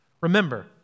Remember